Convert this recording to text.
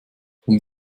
vom